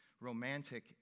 romantic